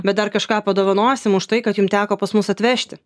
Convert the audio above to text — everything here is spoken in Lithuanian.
bet dar kažką padovanosim už tai kad jum teko pas mus atvežti